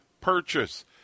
purchase